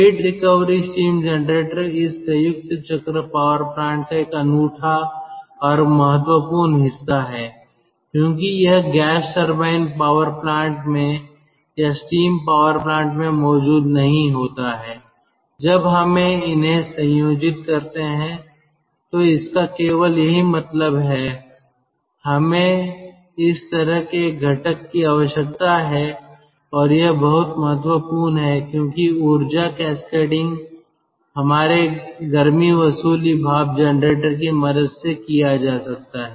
heat recovery steam generator इस संयुक्त चक्र पावर प्लांट का एक अनूठा और महत्वपूर्ण हिस्सा है क्योंकि यह गैस टरबाइन पावर प्लांट में या स्टीम पावर प्लांट में मौजूद नहीं होता है जब हम इन्हें संयोजित करते हैं तो इसका केवल यही मतलब है हमें इस तरह के एक घटक की आवश्यकता है और यह बहुत महत्वपूर्ण है क्योंकि ऊर्जा कैस्केडिंग हमारे गर्मी वसूली भाप जनरेटर की मदद से किया जा सकता है